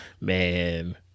Man